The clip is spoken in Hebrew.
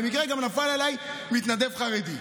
במקרה גם נפל עליי מתנדב חרדי.